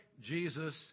Jesus